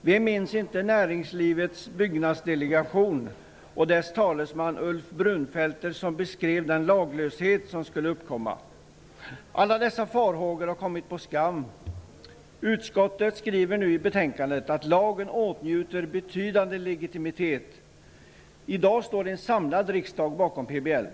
Vem minns inte Näringslivets Byggnadsdelegation och dess talesman Ulf Brunfelter, som beskrev den laglöshet som skulle uppkomma? Alla dessa farhågor har kommit på skam. Utskottet skriver nu i betänkandet att lagen åtnjuter betydande legitimitet. I dag står en samlad riksdag bakom PBL.